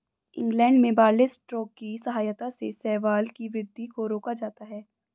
England में barley straw की सहायता से शैवाल की वृद्धि को रोका जाता है